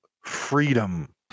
freedom